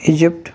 Egypt